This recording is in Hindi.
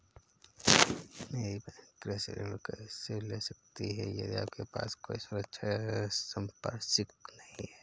मेरी बहिन कृषि ऋण कैसे ले सकती है यदि उसके पास कोई सुरक्षा या संपार्श्विक नहीं है?